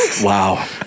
Wow